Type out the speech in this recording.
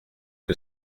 que